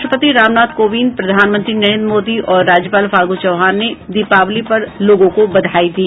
राष्ट्रपति रामनाथ कोविंद प्रधानमंत्री नरेन्द्र मोदी और राज्यपाल फागू चौहान ने दीपावली पर लोगों को बधाई दी